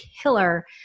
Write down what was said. killer